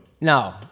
No